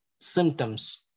symptoms